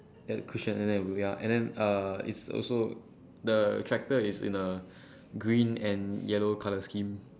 at the cushion and then ya and then uh it's also the tractor is in a green and yellow colour scheme